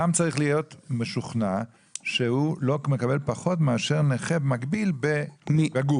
רם צריך להיות משוכנע שהוא לא מקבל פחות מאשר נכה מקביל בגוף.